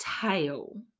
tail